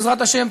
בעזרת השם,